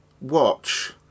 watch